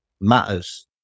matters